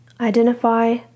Identify